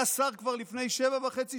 היה שר כבר לפני שבע שנים וחצי,